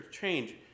change